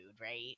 right